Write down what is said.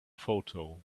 photo